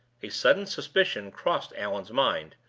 a sudden suspicion crossed allan's mind,